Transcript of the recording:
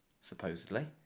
supposedly